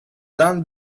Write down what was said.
done